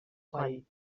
coll